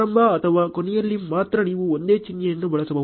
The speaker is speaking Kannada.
ಪ್ರಾರಂಭ ಅಥವಾ ಕೊನೆಯಲ್ಲಿ ಮಾತ್ರ ನೀವು ಒಂದೇ ಚಿಹ್ನೆಯನ್ನು ಬಳಸಬಹುದು